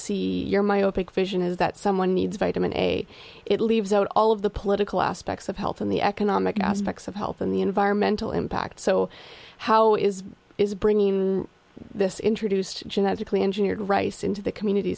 see your myopic vision is that someone needs vitamin a it leaves out all of the political aspects of health and the economic aspects of health and the environmental impact so how is is bringing this introduced genetically engineered rice into the communit